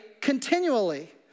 continually